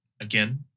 again